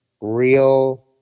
real